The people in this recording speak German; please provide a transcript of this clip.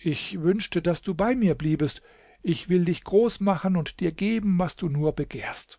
ich wünschte daß du bei mir bliebest ich will dich groß machen und dir geben was du nur begehrst